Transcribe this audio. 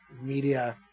media